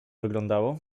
wyglądało